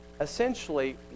Essentially